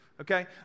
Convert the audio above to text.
Okay